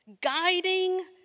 guiding